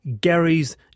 Gary's